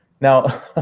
Now